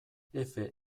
efe